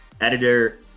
editor